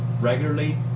regularly